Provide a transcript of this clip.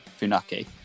Funaki